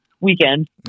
weekend